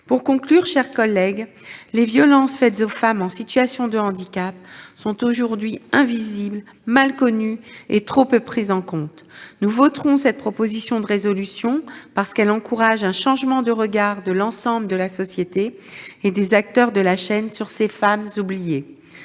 de santé. Mes chers collègues, les violences faites aux femmes en situation de handicap sont aujourd'hui invisibles, mal connues et trop peu prises en compte. Nous voterons cette proposition de résolution, parce qu'elle encourage au changement de regard de l'ensemble de la société et des acteurs de la chaîne sur ces femmes oubliées.